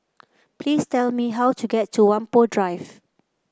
please tell me how to get to Whampoa Drive